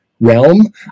realm